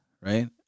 right